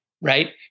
Right